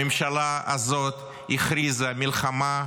הממשלה הזאת הכריזה מלחמה,